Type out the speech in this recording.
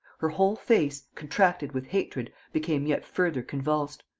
her whole face, contracted with hatred, became yet further convulsed.